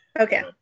okay